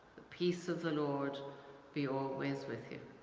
peace of the lord be always with you,